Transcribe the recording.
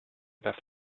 left